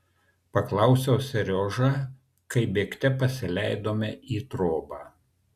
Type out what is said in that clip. paklausiau seriožą kai bėgte pasileidome į trobą